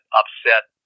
upset